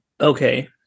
Okay